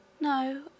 No